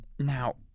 Now